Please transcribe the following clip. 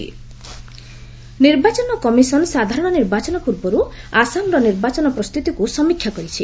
EC ନିର୍ବାଚନ commission ସାଧାରଣ ନିର୍ବାଚନ ପୂର୍ବରୁ ଆସାମର ନିର୍ବାଚନ ପ୍ରସ୍ତୁତିକୁ ସମୀକ୍ଷା କରିଛି